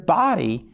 body